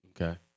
Okay